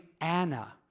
Anna